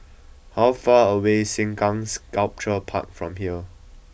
how far away is Sengkang Sculpture Park from here